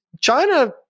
China